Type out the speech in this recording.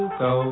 go